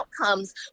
outcomes